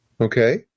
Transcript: Okay